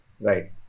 Right